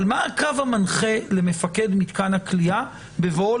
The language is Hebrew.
מה הקו המנחה למפקד מתקן הכליאה בבואו